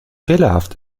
fehlerhaft